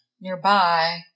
nearby